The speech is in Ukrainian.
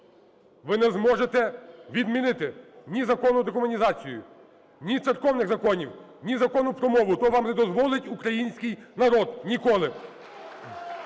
ви не зможете відмінити ні Закону про декомунізацію, ні церковних законів, ні Закону про мову, то вам не дозволить український народ ніколи.